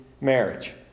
marriage